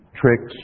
tricks